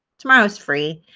tomorrow is free.